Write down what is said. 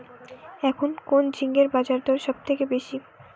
এখন কোন ঝিঙ্গের বাজারদর সবথেকে বেশি?